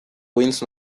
queens